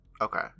Okay